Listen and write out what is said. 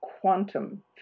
quantum